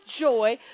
joy